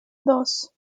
dos